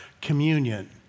communion